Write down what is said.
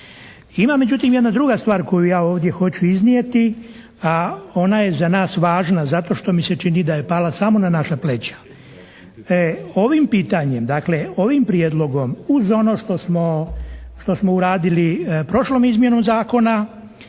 Ima međutim jedna druga stvar koju ja ovdje hoću iznijeti a ona je za nas važna zato što mi se čini da je pala samo na naša pleća. Ovim pitanjem, dakle, ovim prijedlogom uz ono što smo uradili prošlom izmjenom zakona